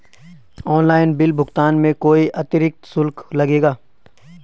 Online bill भुगतान में कोई अतिरिक्त शुल्क लगेगा?